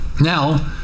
Now